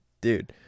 Dude